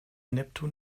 neptun